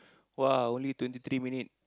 !wah! only twenty three minute